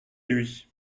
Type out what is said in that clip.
lui